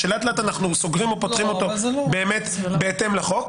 שלאט לאט אנחנו סוגרים או פותחים אותו בהתאם לחוק.